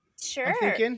Sure